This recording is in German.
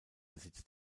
besitz